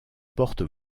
porte